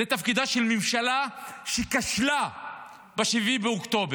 זה תפקידה של ממשלה שכשלה ב-7 באוקטובר.